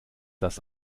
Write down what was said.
das